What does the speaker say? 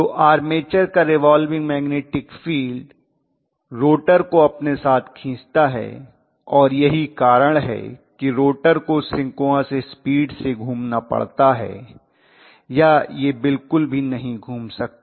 तो आर्मेचर का revolving magnetic field rotor को अपने साथ खींचता है और यही कारण है कि रोटर को सिंक्रोनस स्पीड से घूमना पड़ता है या यह बिल्कुल भी नहीं घूम सकता